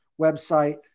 website